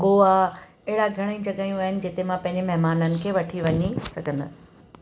गोआ अहिड़ा घणेई जॻहयूं आहिनि जिते मां पंहिंजे महिमाननि खे वठी वञी सघंदसि